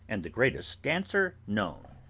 and the greatest dancer known.